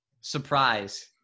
surprise